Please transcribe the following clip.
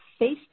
Facebook